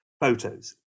photos